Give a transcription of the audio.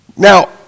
Now